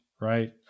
right